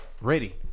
ready